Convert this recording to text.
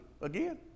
again